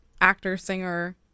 actor-singer